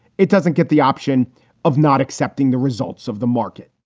it doesn't get the option of not accepting the results of the market